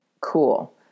Cool